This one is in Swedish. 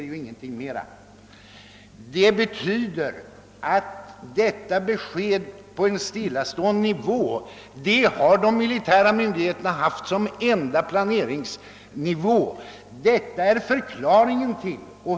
Det betyder att de militära myndigheterna haft denna nivå som enda utgångspunkt för sin planering.